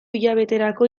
hilabeterako